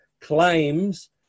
claims